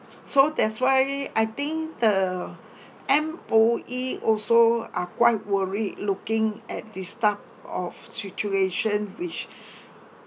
so that's why I think the M_O_E also are quite worried looking at this type of situation which